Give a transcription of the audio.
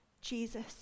Jesus